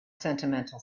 sentimental